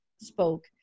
spoke